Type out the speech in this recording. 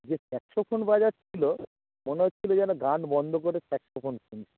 যে স্যাক্সোফোন বাজাচ্ছিল মনে হচ্ছিল যেন গান বন্ধ করে স্যাক্সোফোন শুনি